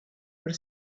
per